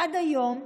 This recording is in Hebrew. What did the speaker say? עד היום,